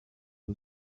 who